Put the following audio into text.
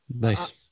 Nice